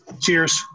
Cheers